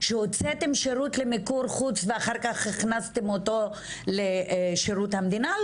שהוצאתם שירות למיקור חוץ ואחר כך הכנסתם אותו לשירות המדינה?